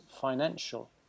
financial